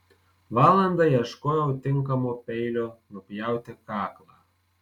valandą ieškojau tinkamo peilio nupjauti kaklą